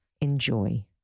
Enjoy